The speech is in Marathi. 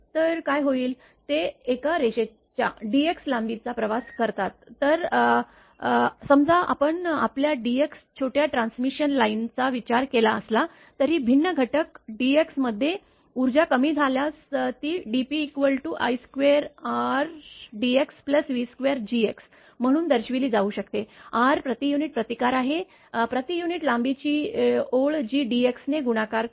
तर काय होईल जेव्हा ते एका रेषेच्या dx लांबीचा प्रवास करतात तर समजा आपण आपल्या dx छोट्या ट्रान्समिशन लाइनचा विचार केला असला तरी भिन्न घटक dx मध्ये उर्जा कमी झाल्यास ती dpi2Rdxv2Gdxम्हणून दर्शविली जाऊ शकते R प्रति युनिट प्रतिकार आहे प्रति युनिट लांबीची ओळ जी dx ने गुणाकार करते